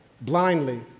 blindly